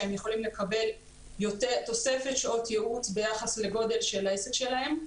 שהם יכולים לקבל תוספת שעות ייעוץ ביחס לגודל של העסק שלהם,